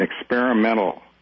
experimental